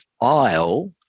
isle